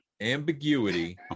ambiguity